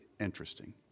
interesting